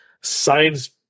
science